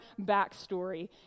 backstory